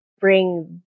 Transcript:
bring